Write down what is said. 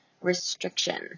restriction